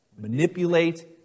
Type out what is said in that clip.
manipulate